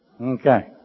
Okay